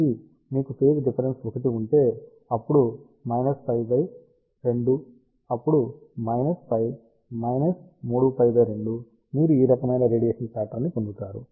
కాబట్టి మీకు phase difference 1 ఉంటే అప్పుడు π 2 అప్పుడు π 3π 2 మీరు ఈ రకమైన రేడియేషన్ ప్యాట్రన్ ని పొందుతారు